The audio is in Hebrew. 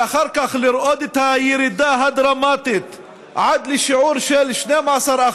ואחר כך לראות את הירידה הדרמטית עד לשיעור של 12%,